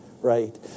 right